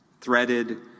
threaded